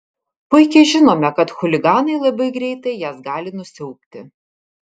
puikiai žinome kad chuliganai labai greitai jas gali nusiaubti